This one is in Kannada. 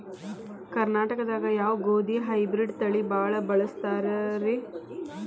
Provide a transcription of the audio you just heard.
ಕರ್ನಾಟಕದಾಗ ಯಾವ ಗೋಧಿ ಹೈಬ್ರಿಡ್ ತಳಿ ಭಾಳ ಬಳಸ್ತಾರ ರೇ?